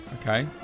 Okay